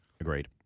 Agreed